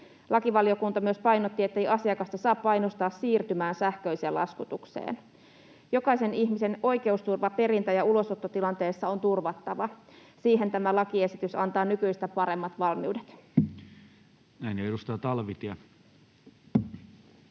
Lakivaliokunta myös painotti, ettei asiakasta saa painostaa siirtymään sähköiseen laskutukseen. Jokaisen ihmisen oikeusturva perintä- ja ulosottotilanteessa on turvattava. Siihen tämä lakiesitys antaa nykyistä paremmat valmiudet. [Speech 78]